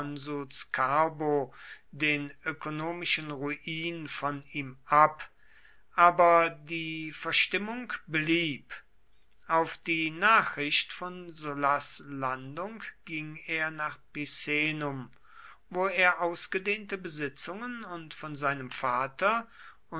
den ökonomischen ruin von ihm ab aber die verstimmung blieb auf die nachricht von sullas landung ging er nach picenum wo er ausgedehnte besitzungen und von seinem vater